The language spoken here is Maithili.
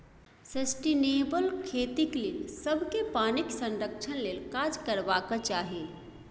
सस्टेनेबल खेतीक लेल सबकेँ पानिक संरक्षण लेल काज करबाक चाही